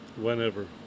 Whenever